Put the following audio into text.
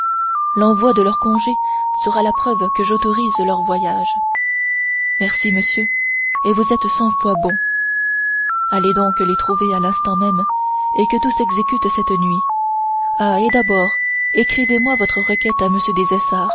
l'envoi de leur congé sera la preuve que j'autorise leur voyage merci monsieur et vous êtes cent fois bon allez donc les trouver à l'instant même et que tout s'exécute cette nuit ah et d'abord écrivez-moi votre requête à